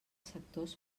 sectors